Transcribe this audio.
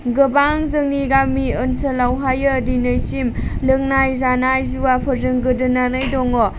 गोबां जोंनि गामि ओनसोलावहाय दिनैसिम लोंनाय जानाय जुवाफोरजों गोदोनानै दङ